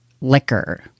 liquor